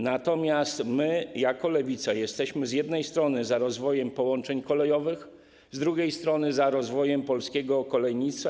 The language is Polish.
Natomiast my jako Lewica jesteśmy z jednej strony za rozwojem połączeń kolejowych, z drugiej strony - za rozwojem polskiego kolejnictwa.